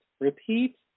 Repeat